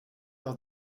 leur